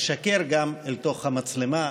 לשקר גם אל תוך המצלמה,